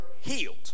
healed